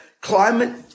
climate